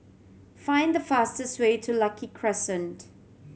find the fastest way to Lucky Crescent